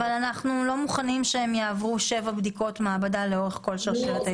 אבל אנחנו לא מוכנים שהם יעברו שבע בדיקות מעבדה לאורך כל שרשרת הייצור.